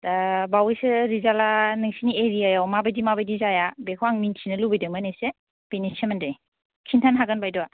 दा बावैसो रिजाल्टया नोंसिनि एरियायाव माबादि माबादि जाया बेखौ आं मिथिनो लुबैदोंमोन एसे बेनि सोमोन्दै खिनथानो हागोन बायद'या